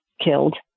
killed